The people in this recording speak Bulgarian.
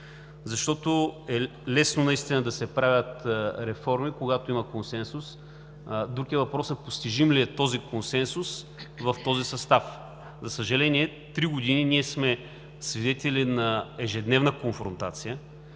Защото е лесно да се правят реформи, когато има консенсус. Друг е въпросът: постижим ли е този консенсус в този състав? За съжаление, три години ние сме свидетели на ежедневна конфронтация,